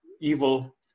evil